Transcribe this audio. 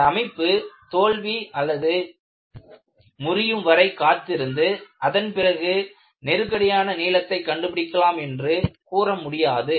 அந்த அமைப்பு தோல்விமுறியும் வரை காத்திருந்து அதன்பிறகு நெருக்கடியான நீளத்தை கண்டுபிடிக்கலாம் என்று கூற முடியாது